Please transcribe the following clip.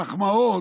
"מחמאות"